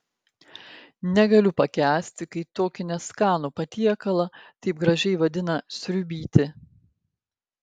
negaliu pakęsti kai tokį neskanų patiekalą taip gražiai vadina sriubytė